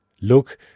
Look